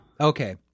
okay